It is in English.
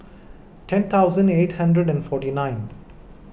ten thousand eight hundred and forty nine